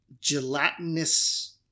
gelatinous